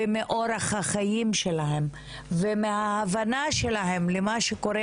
מאורח החיים שלהם ומההבנה שלהם למה שקורה